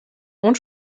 und